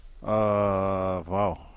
Wow